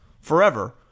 forever